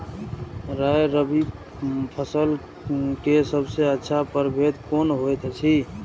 राय रबि फसल के सबसे अच्छा परभेद कोन होयत अछि?